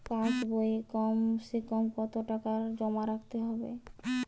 পাশ বইয়ে কমসেকম কত টাকা জমা রাখতে হবে?